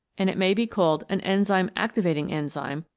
and it may be called an enzyme activating enzyme,